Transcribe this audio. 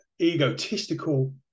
egotistical